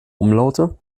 umlaute